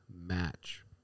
match